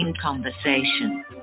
conversation